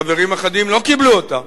חברים אחדים לא קיבלו אותה,